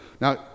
Now